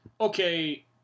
okay